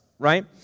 right